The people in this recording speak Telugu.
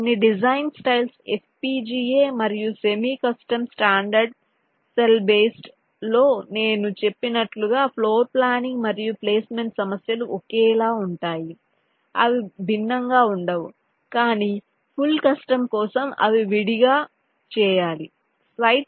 కొన్ని డిజైన్ స్టైల్స్ FPGA మరియు semi custom standard cell based లో నేను చెప్పినట్లుగా ఫ్లోర్ప్లానింగ్ మరియు ప్లేస్మెంట్ సమస్యలు ఒకేలా ఉంటాయి అవి భిన్నంగా వుండవు కానీ ఫుల్ కస్టమ్ కోసం అవి విడిగా చేయాలి